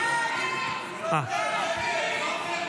52 בעד, 57 נגד, שלושה נמנעים.